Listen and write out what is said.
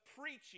preaching